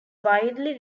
widely